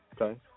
okay